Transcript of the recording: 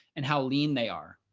and how lean they are.